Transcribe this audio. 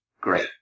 Great